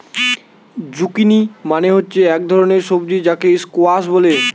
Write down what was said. zucchini মানে হচ্ছে এক ধরণের সবজি যাকে স্কোয়াস বলে